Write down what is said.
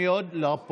מי עוד לפרוטוקול?